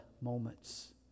moments